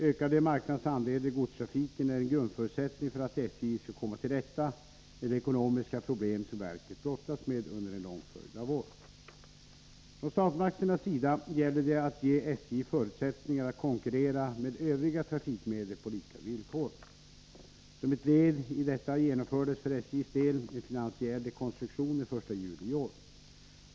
Ökade marknadsandelar i godstrafiken är en grundförutsättning för att SJ skall komma till rätta med de ekonomiska problem som verket brottats med under en lång följd av år. Från statsmakternas sida gäller det att ge SJ förutsättning att konkurrera med övriga trafikmedel på lika villkor. Som ett led i detta genomfördes för SJ:s del en finansiell rekonstruktion den 1 juli i år.